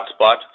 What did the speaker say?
hotspot